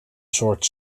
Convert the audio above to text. soort